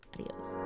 adios